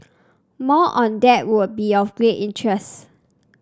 more on that would be of great interest